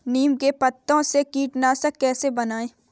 नीम के पत्तों से कीटनाशक कैसे बनाएँ?